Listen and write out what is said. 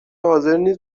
حاضرنیست